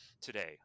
today